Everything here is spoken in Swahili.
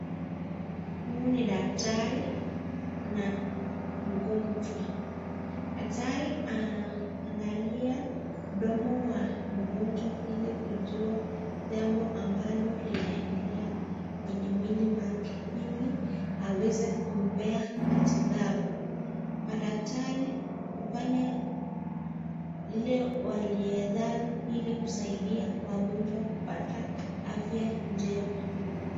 Huyu ni daktari na mgonjwa. Daktari anaangalia mdomo wa mgonjwa ili kujua jambo ambalo linaendelea kwenye mwili wake, ili aweze kumpea matibabu. Madaktari hifanya lile waliwezalo ili kusaidia wagonjwa kupata afya njema.